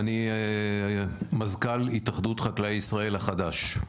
ואני מזכ"ל התאחדות חקלאי ישראל החדש.